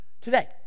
today